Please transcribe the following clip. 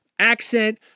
Accent